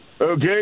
okay